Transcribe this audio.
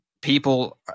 people